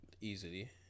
easily